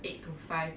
eight to five